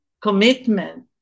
commitment